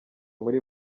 muri